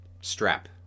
strap